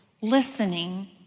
listening